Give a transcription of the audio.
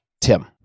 tim